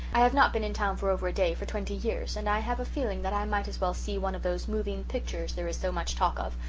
i have not been in town for over a day for twenty years and i have a feeling that i might as well see one of those moving pictures there is so much talk of,